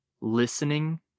Listening